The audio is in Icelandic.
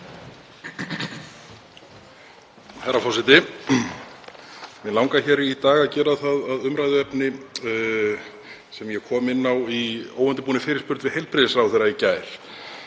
Herra forseti. Mig langar hér í dag að gera það að umræðuefni sem ég kom inn á í óundirbúinni fyrirspurn við heilbrigðisráðherra í gær